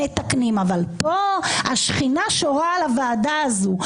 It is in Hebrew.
מתקנים, אבל פה השכינה שורה על הוועדה הזאת.